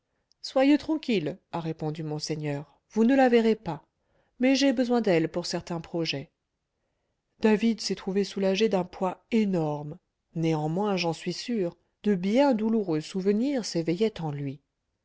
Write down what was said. soyez tranquille a répondu monseigneur vous ne la verrez pas mais j'ai besoin d'elle pour certains projets david s'est trouvé soulagé d'un poids énorme néanmoins j'en suis sûr de bien douloureux souvenirs s'éveillaient en lui